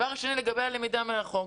דבר שני לגבי הלמידה מרחוק.